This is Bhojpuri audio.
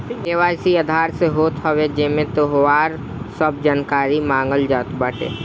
के.वाई.सी आधार से होत हवे जेमे तोहार सब जानकारी मांगल जात बाटे